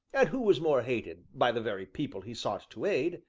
and who was more hated, by the very people he sought to aid,